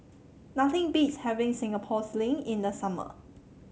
nothing beats having Singapore Sling in the summer